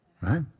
right